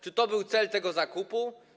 Czy to był cel tego zakupu?